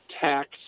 tax